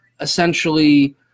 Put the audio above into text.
essentially